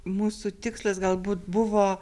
mūsų tikslas galbūt buvo